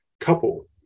couple